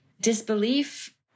disbelief